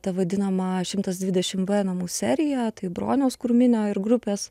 ta vadinama šimtas dvidešim v namu serija tai broniaus krūminio ir grupės